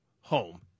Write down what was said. Home